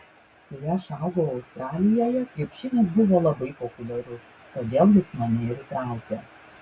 kai aš augau australijoje krepšinis buvo labai populiarus todėl jis mane ir įtraukė